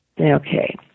Okay